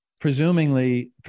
presumably